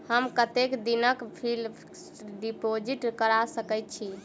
हम कतेक दिनक फिक्स्ड डिपोजिट करा सकैत छी?